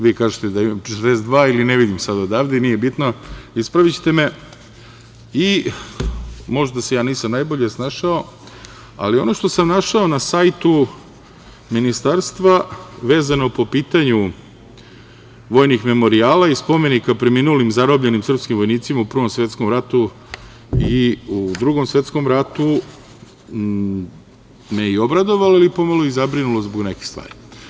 Vi kažete da ima 42, ili ne vidim sad odavde i nije ni bitno, ispravićete me, i možda se ja nisam najbolje snašao, ali ono što sam našao na sajtu Ministarstva, vezano po pitanju vojnih memorijala i spomenika preminulim, zarobljenim srpskim vojnicima u Prvom svetskom ratu i u Drugom svetskom ratu me je i obradovalo, ali i pomalo zabrinulo zbog nekih stvari.